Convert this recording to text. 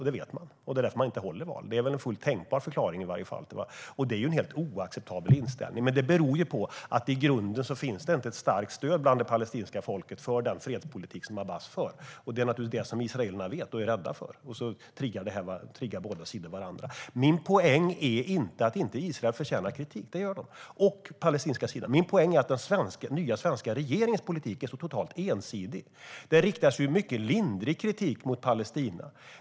Det är i varje fall en fullt tänkbar förklaring. Det är en helt oacceptabel inställning, men det beror ju på att det inte finns något starkt stöd hos det palestinska folket för den fredspolitik som Abbas för. Det är naturligtvis det som israelerna vet och är rädda för. Sedan triggar båda sidor varandra. Min poäng är inte att Israel inte förtjänar kritik - det förtjänar både Israel och den palestinska sidan. Min poäng är att den nya svenska regeringens politik är totalt ensidig. Det riktas ju mycket lindrig kritik mot Palestina.